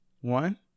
one